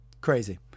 crazy